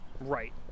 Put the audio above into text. Right